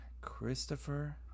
Christopher